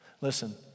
listen